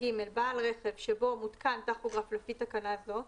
"(ג) בעל רכב שבו מותקן טכוגרף לפי תקנה זו,